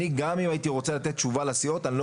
אני גם אם הייתי רוצה לתת תשובה לסיעות אני לא